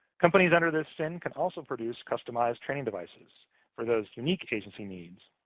companies under this sin can also produce customized training devices for those unique agency needs.